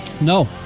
No